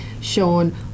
Sean